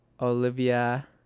Olivia